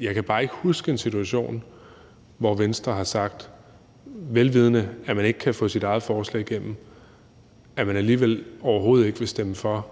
Jeg kan bare ikke huske en situation, hvor Venstre har sagt, vel vidende at man ikke kan få sit eget forslag igennem, at man alligevel overhovedet ikke vil stemme for